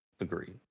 Agree